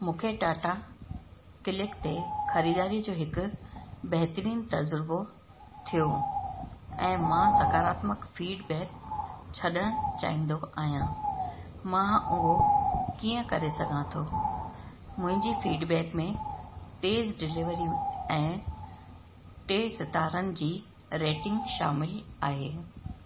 मूंखे टाटा क्लिक ते ख़रीदारी जो हिकु बेहतरीन तजुर्बो थियो ऐं मां सकारात्मक फीडबैक छॾणु चाहींदो आहियां मां उहो कीअं करे सघां थो मुंहिंजी फीडबैक में तेज़ु डिलीवरियूं ऐं टे सितारनि जी रेटिंग शामिलु आहे